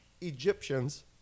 Egyptians